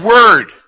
Word